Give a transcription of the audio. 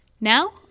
Now